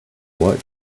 what